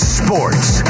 sports